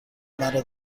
مرا